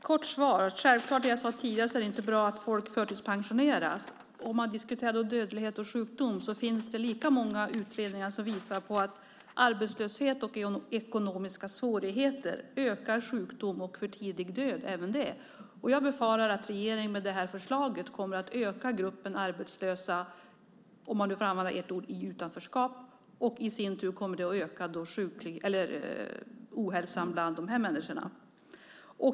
Herr talman! Kort svar: Som jag sade tidigare är det självklart inte bra att folk förtidspensioneras. När det gäller dödlighet och sjukdom finns det lika många utredningar som visar på att arbetslöshet och ekonomiska svårigheter ökar sjukdom och för tidig död även det. Jag befarar att regeringen med det här förslaget kommer att öka gruppen arbetslösa i, om man nu får använda ordet, utanförskap. I sin tur kommer det att öka ohälsan bland de här människorna.